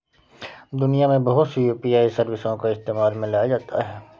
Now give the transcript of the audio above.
दुनिया में बहुत सी यू.पी.आई सर्विसों को इस्तेमाल में लाया जाता है